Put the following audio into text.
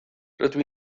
rydw